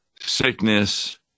sickness